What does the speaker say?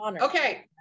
Okay